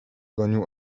gonił